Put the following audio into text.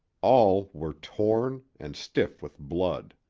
all were torn, and stiff with blood.